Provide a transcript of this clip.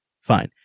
fine